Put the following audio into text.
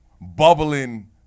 bubbling